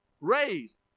Raised